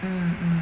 mm mm